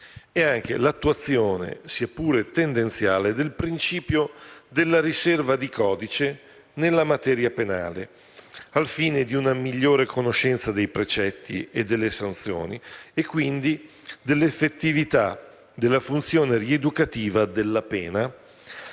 stranieri; l'attuazione, sia pure tendenziale, del principio della riserva di codice nella materia penale, al fine di una migliore conoscenza dei precetti e delle sanzioni e quindi dell'effettività della funzione rieducativa della pena,